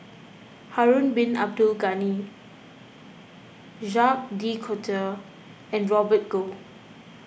Harun Bin Abdul Ghani Jacques De Coutre and Robert Goh